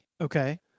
Okay